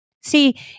See